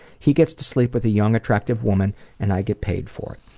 he gets to sleep with a young, attractive woman and i get paid for it.